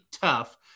tough